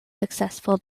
successful